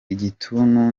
igituntu